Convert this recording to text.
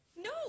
No